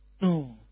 No